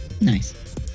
Nice